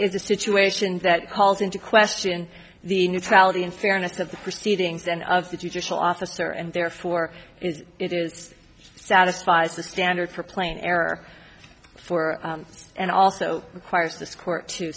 a situation that calls into question the neutrality and fairness of the proceedings and of the judicial officer and therefore it is satisfies the standard for plain error for and also requires this court to